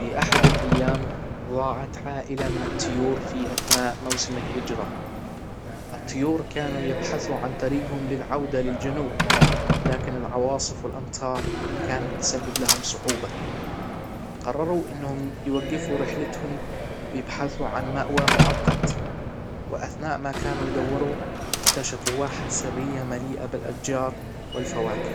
في احد الايام ظاعت عائلة من الطيور في اثناء موسم الهجرة الطيور كانوا يبحثوا عن طريقهم للعودة للجنوب لكن العواصف والامطار كانت تسبب لهم صعوبة قرروا انهم يوجفوا رحلتهم ويبحثوا عن مأوى مؤقت واثناء ما كانوا يدوروا اكتشفوا واحة سرية مليئة بالاشجار والفواكه